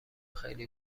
خیلی